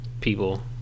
people